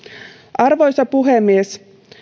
arvoisa puhemies